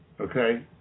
okay